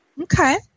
Okay